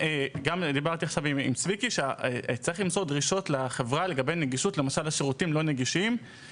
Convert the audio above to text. אני אומר שצריך מראש להחליט את זה.